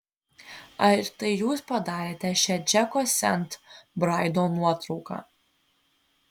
ar tai jūs padarėte šią džeko sent braido nuotrauką